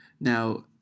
now